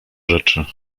rzeczy